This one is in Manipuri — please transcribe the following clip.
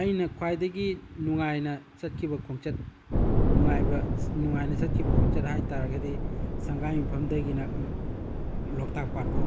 ꯑꯩꯅ ꯈ꯭ꯋꯥꯤꯗꯒꯤ ꯅꯨꯡꯉꯥꯏꯅ ꯆꯠꯈꯤꯕ ꯈꯣꯡꯆꯠ ꯅꯨꯡꯉꯥꯏꯕ ꯅꯨꯡꯉꯥꯏꯅ ꯆꯠꯈꯤꯕ ꯈꯣꯡꯆꯠ ꯍꯥꯏꯇꯥꯔꯒꯗꯤ ꯁꯪꯒꯥꯏꯌꯨꯝꯐꯝꯗꯒꯤꯅ ꯂꯣꯛꯇꯥꯛ ꯄꯥꯠ ꯐꯥꯎ